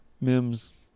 Mims